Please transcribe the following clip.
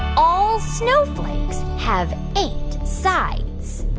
all snowflakes have eight sides?